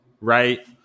right